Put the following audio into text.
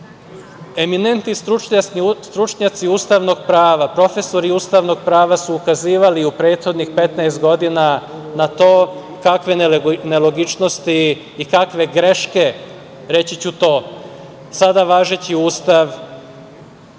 eminentni stručnjaci ustavnog prava, profesori ustavnog prava su ukazivali u prethodnih 15 godina na to kakve nelogičnosti i kakve greške, reći ću tako, sada važeći Ustav